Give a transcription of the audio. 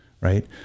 right